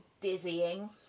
dizzying